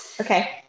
Okay